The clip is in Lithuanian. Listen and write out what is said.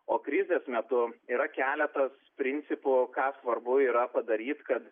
o krizės metu yra keletas principų ką svarbu yra padaryt kad